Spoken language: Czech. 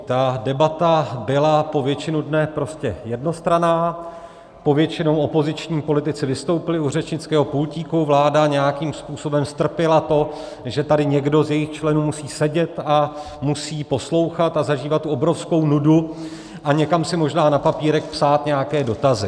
Ta debata byla po většinu dne prostě jednostranná, povětšinou opoziční politici vystoupili u řečnického pultíku, vláda nějakým způsobem strpěla to, že tady někdo z jejích členů musí sedět a musí poslouchat a zažívat tu obrovskou nudu a někam si možná na papírek psát nějaké dotazy.